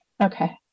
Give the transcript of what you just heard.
Okay